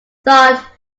thought